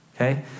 Okay